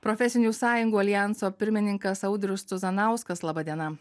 profesinių sąjungų aljanso pirmininkas audrius cuzanauskas laba diena